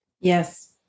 Yes